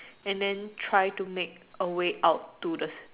and then try to make a way out to the